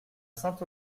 saint